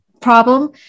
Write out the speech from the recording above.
problem